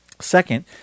Second